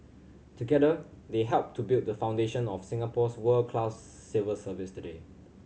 together they helped to build the foundation of Singapore's world class civil service today